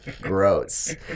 gross